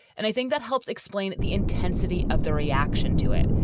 and i think that helps explain the intensity of the reaction to it.